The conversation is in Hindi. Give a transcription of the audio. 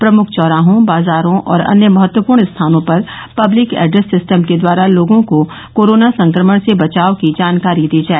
प्रमुख चौराहों बाजारों और अन्य महत्वपूर्ण स्थानों पर पब्लिक एड्रेस सिस्टम के द्वारा लोगों को कोरोना संक्रमण से बचाव की जानकारी दी जाय